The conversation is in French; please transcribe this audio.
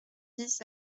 dix